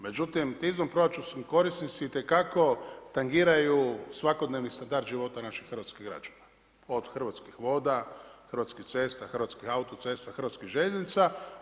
Međutim, ti izvanproračunski korisnici itekako tangiraju svakodnevni standard života naših hrvatskih građana od Hrvatskih voda, Hrvatskih cesta, Hrvatskih autocesta, Hrvatskih željeznica.